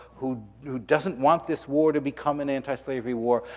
who who doesn't want this war to become an antislavery war,